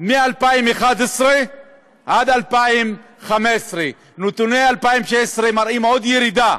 מ-2011 עד 2015. נתוני 2016 מראים עוד ירידה,